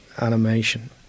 animation